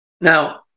Now